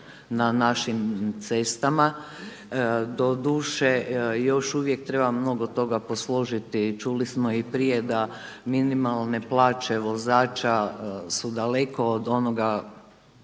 na našim cestama. Doduše još uvijek treba mnogo toga posložiti, čuli smo i prije da minimalne plaće vozača su daleko od onoga